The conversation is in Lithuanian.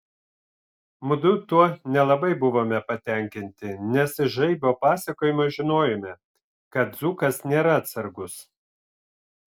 mudu tuo nelabai buvome patenkinti nes iš žaibo pasakojimo žinojome kad dzūkas nėra atsargus